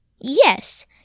Yes